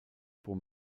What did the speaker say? pour